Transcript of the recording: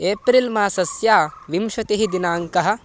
April मासस्य विंशतिः दिनाङ्कः